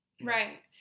Right